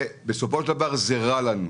בסופו של דבר, זה רע לנו.